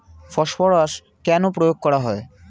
Phosphorus কেন প্রয়োগ করা হয়?